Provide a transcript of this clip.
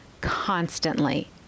constantly